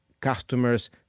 customers